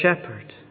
shepherd